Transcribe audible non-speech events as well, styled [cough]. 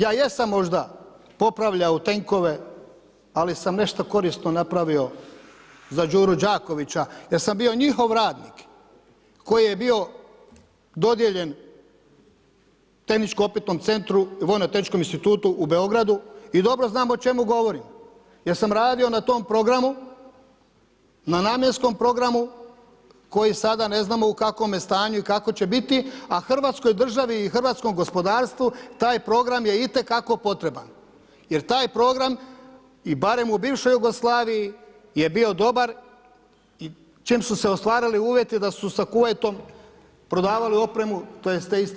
Ja jesam možda popravljao tenkove, ali sam nešto korisno napravio za Đuru Đakovića jer sam bio njihov radnik koji je bio dodijeljen … [unintelligible] vojno-tehničkom institutu u Beogradu i dobro znam o čemu govorim jer sam radio na tom programu, na namjenskom programu koji sada ne znamo u kakvom je stanju i kakav će biti, a Hrvatskoj državi i hrvatskom gospodarstvu taj program je itekako potreban, jer taj program, barem u bivšoj Jugoslaviji je bio dobar i čim su se ostvarili uvjeti da su sa Kuvajtom prodavali opremu, tj. te iste